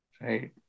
Right